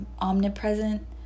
omnipresent